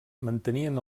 mantenien